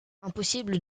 impossible